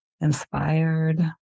inspired